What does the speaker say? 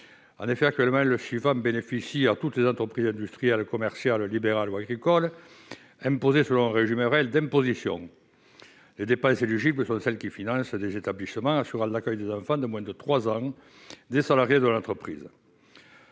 bénéficie actuellement à toutes les entreprises industrielles, commerciales, libérales ou agricoles imposées selon un régime réel d'imposition. Les dépenses éligibles sont celles qui financent des établissements assurant l'accueil des enfants de moins de 3 ans des salariés de l'entreprise.